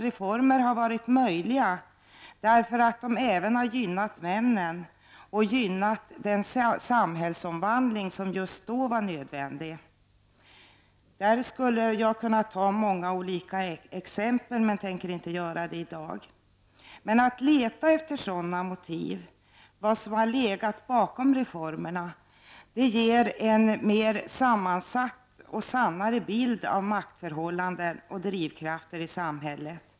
Reformer har varit möjliga därför att de även har gynnat männen och gynnat den samhällsomvandling som just då var nödvändig. Jag skulle kunna ta många olika exempel men tänker inte göra det i dag. Att leta efter olika motiv som legat bakom reformerna kan ge oss en mer sammansatt och sannare bild av maktförhållanden och drivkrafter i samhället.